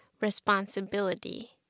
responsibility